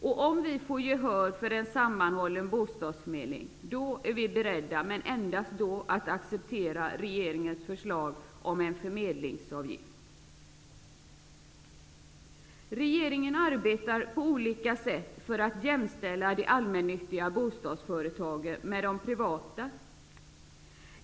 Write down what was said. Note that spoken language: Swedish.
Om vi får gehör för en sammanhållen bostadsförmedling är vi beredda -- men endast då -- att acceptera regeringens förslag om en förmedlingsavgift. Regeringen arbetar på olika sätt för att jämställa de allmännyttiga bostadsföretagen med de privata.